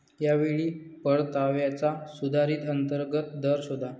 या वेळी परताव्याचा सुधारित अंतर्गत दर शोधा